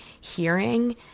hearing